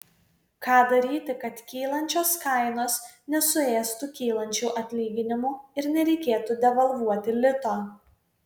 ką daryti kad kylančios kainos nesuėstų kylančių atlyginimų ir nereikėtų devalvuoti lito